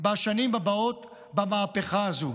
בשנים הבאות במהפכה הזו.